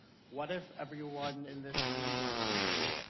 what if everyone in this room did one thing?